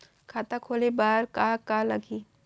खाता खोले बार का का लागही?